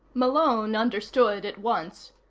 malone understood at once.